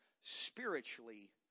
spiritually